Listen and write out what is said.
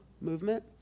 movement